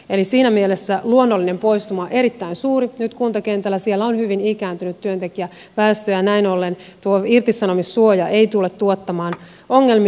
eli siinä mielessä luonnollinen poistuma on nyt erittäin suuri kuntakentällä siellä on hyvin ikääntynyt työntekijäväestö ja näin ollen tuo irtisanomissuoja ei tule tuottamaan ongelmia